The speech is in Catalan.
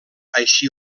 així